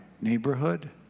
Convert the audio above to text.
neighborhood